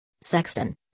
Sexton